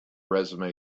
resume